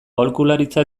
aholkularitza